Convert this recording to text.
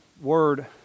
word